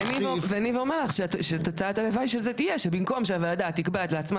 וניב אומר לך שתוצאת הלוואי של זה תהיה שבמקום שהוועדה תקבע לעצמה